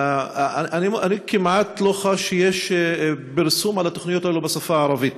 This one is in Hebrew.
אני כמעט לא חש שיש פרסום של התוכניות האלה בשפה הערבית.